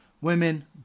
Women